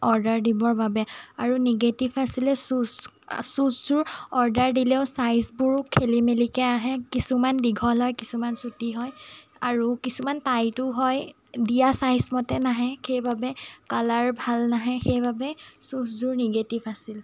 order দিবৰ বাবে আৰু নিগেটিভ আছিলে ছুজ ছুজযোৰ অৰ্ডাৰ দিলেও চাইজবোৰ খেলিমেলিকৈ আহে কিছুমান দীঘল হয় কিছুমান চুটি হয় আৰু কিছুমান টাইটো হয় দিয়া চাইজমতে নাহে সেইবাবে কালাৰ ভাল নাহে সেইবাবে ছুজযোৰ নিগেটিভ আছিল